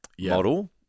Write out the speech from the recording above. model